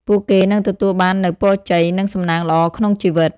ពួកគេនឹងទទួលបាននូវពរជ័យ និងសំណាងល្អក្នុងជីវិត។